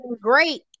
great